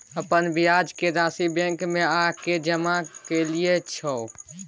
अपन ब्याज के राशि बैंक में आ के जमा कैलियै छलौं?